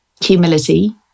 humility